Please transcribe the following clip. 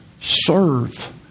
Serve